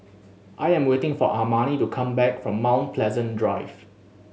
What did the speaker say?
I am waiting for Armani to come back from Mount Pleasant Drive